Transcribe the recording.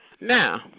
Now